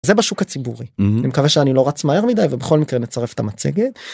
זה בשוק הציבורי, אני מקווה שאני לא רץ מהר מדי ובכל מקרה נצרף את המצגת.